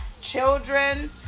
children